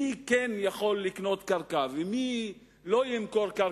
מי כן יכול לקנות קרקע ומי לא ימכור קרקע,